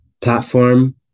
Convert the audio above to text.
platform